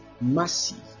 massive